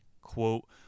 Quote